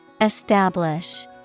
Establish